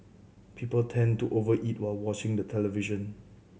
people tend to over eat while watching the television